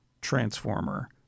Transformer